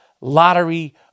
lottery